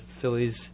Phillies